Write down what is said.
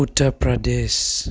Uttar Pradesh